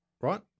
Right